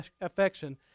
affection